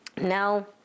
Now